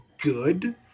good